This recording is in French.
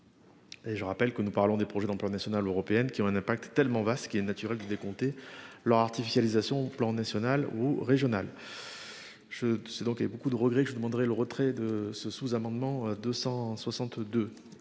Et je rappelle que nous parlons des projets d'ampleur nationale européenne qui aura un impact tellement vaste qu'il est naturel de décompter leur artificialisation au plan national ou régional. Je sais donc il y a beaucoup de regrets que je demanderai le retrait de ce sous-amendement 262